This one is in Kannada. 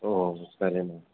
ಹ್ಞೂ ಸರಿ ಮೇಡಮ್